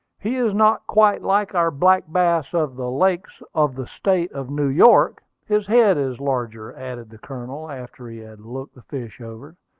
he is not quite like our black bass of the lakes of the state of new york his head is larger, added the colonel, after he had looked the fish over.